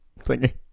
thingy